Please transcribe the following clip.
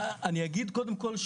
קודם כל,